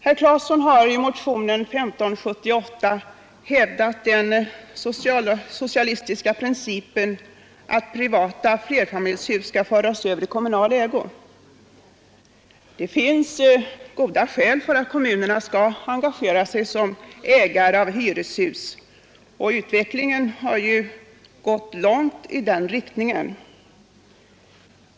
Herr Claeson har i motionen 1578 hävdat den socialistiska principen att privata flerfamiljshus skall föras över i kommunal ägo. Det finns goda skäl till att kommunerna skall engagera sig som ägare av hyreshus, och utvecklingen har gått långt i den riktningen.